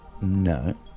No